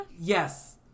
Yes